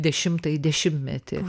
dešimtąjį dešimtmetį